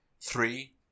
Three